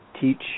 teach